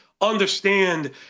understand